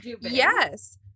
yes